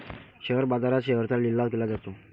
share बाजारात शेअर्सचा लिलाव केला जातो